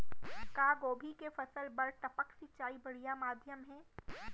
का गोभी के फसल बर टपक सिंचाई बढ़िया माधयम हे?